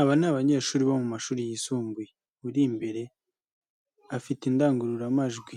Aba ni abanyeshuri bo mu mashuri yisumbuye, uri imbere afite indangururamajwi,